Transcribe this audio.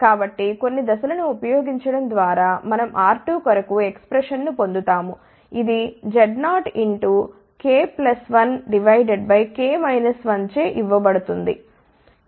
కాబట్టి కొన్ని దశలను ఉపయోగించడం ద్వారా మనం R2 కొరకు ఎక్స్ప్రెషన్ ను పొందు తాము ఇది Z0 k 1 చే ఇవ్వబడుతుంది